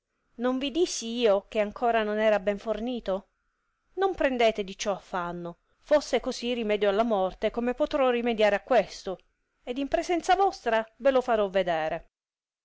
non vi dissi io che ancora non era ben fornito non prendete di ciò affanno fosse cosi rimedio alla morte come potrò rimediare a questo ed in presenza vostra ve lo farò vedere